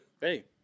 Hey